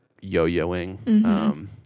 yo-yoing